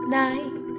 night